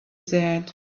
said